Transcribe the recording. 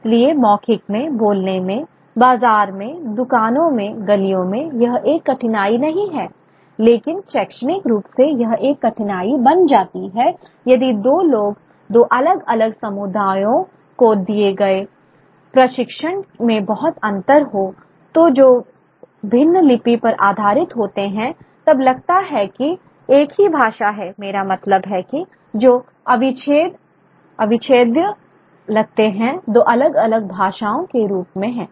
इसलिए मौखिक में बोलने में बाजार में दुकानों में गलियों में यह एक कठिनाई नहीं है लेकिन शैक्षणिक रूप से यह एक कठिनाई बन जाती है यदि दो अलग अलग समुदायों को दिए गए प्रशिक्षण में बहुत अंतर हो तो जो भिन्न लिपि पर आधारित होते हैंतब लगता है कि एक ही भाषामेरा मतलब है कि जो अविच्छेद्य लगते हैं दो अलग अलग भाषाओं के रूप में है